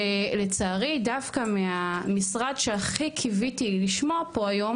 ולצערי דווקא מהמשרד שהכי קיוויתי לשמוע פה היום,